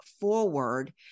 forward